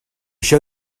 show